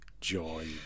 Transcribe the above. joy